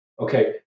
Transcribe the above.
Okay